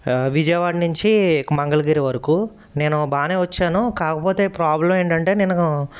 విజయవాడ నుంచి మంగళగిరి వరకు నేను బాగానే వచ్చాను కాకపోతే ప్రాబ్లమ్ ఏంటంటే నేనుగొవ్